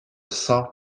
cent